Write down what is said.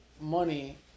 money